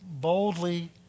boldly